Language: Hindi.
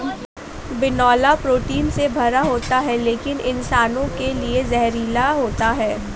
बिनौला प्रोटीन से भरा होता है लेकिन इंसानों के लिए जहरीला होता है